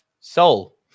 soul